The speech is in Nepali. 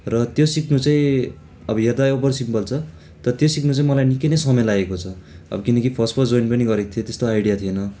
र त्यो सिक्नु चाहिँ अब हेर्दा ओभर सिम्पल छ तर त्यो सिक्नु चाहिँ मलाई निकै नै समय लागेको छ अब किनकि फर्स्ट फर्स्ट जोइन पनि गरेको थिएँ त्यस्तो आइडिया थिएन